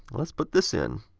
let's put this in!